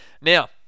now